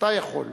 אתה יכול.